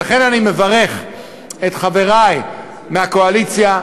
ולכן אני מברך את חברי מהקואליציה,